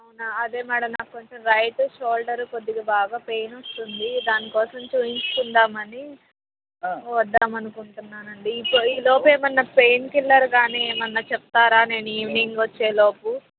అవునా అదే మేడమ్ నాకు కొంచం రైట్ షోల్డర్ కొద్దిగా బాగా పెయిన్ వస్తుంది దానికోసం చూపించుకుందాం అని వద్దాం అనుకుంటున్నాను అండి ఇపో ఈ లోపూ ఏమన్నా పెయిన్కిల్లర్ కానీ ఏమన్న చెప్తారా నేను ఈవెనింగ్ వచ్చేలోపు